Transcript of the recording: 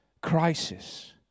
crisis